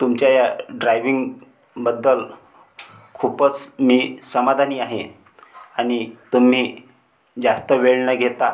तुमच्या या ड्रायविंगबद्दल खूपच मी समाधानी आहे आणि तुम्ही जास्त वेळ न घेता